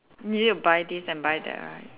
you need to buy this and buy that right